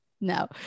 no